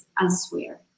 elsewhere